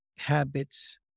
habits